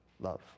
love